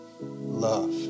love